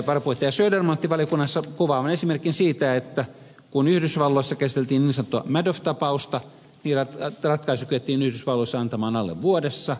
varapuheenjohtaja söderman otti valiokunnassa kuvaavan esimerkin siitä että kun yhdysvalloissa käsiteltiin niin sanottua madoff tapausta niin ratkaisu kyettiin yhdysvalloissa antamaan alle vuodessa